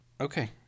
Okay